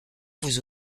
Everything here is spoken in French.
vous